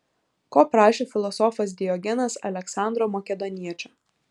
ko prašė filosofas diogenas aleksandro makedoniečio